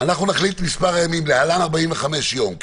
נחליט את מספר הימים, להלן 45 יום.